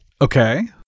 Okay